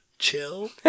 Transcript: chill